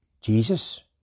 Jesus